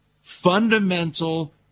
fundamental